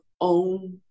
own